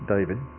David